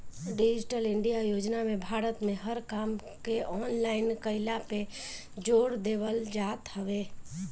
digital India योजना में भारत में हर काम के ऑनलाइन कईला पे जोर देवल जात हवे